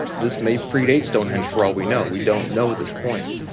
this may predate stonehenge for all we know. we don't know at this point.